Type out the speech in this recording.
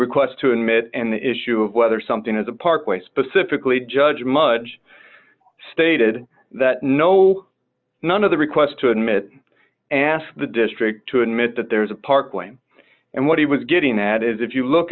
request to admit and the issue of whether something is a parkway specifically judge mudd's stated that no none of the requests to admit ask the district to admit that there was a park claim and what he was getting at is if you look